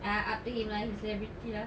ah up to him lah he celebrity lah